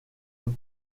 eux